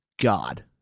God